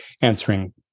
answering